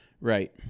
Right